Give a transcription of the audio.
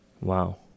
wow